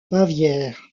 bavière